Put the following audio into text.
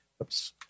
Oops